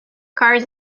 cars